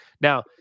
Now